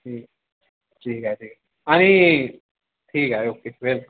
ठीक ठीक आहे ठीक आणि ठीक आहे ओके वे